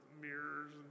mirrors